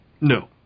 no